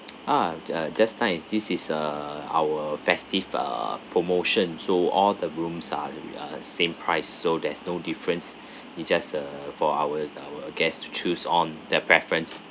ah uh just nice this is err our festive uh promotion so all the rooms are are same price so there's no difference it's just uh for our our guests to choose on their preference